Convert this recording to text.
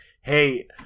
hey